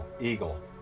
eagle